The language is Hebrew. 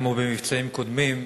כמו במבצעים קודמים,